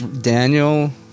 Daniel